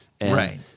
Right